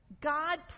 God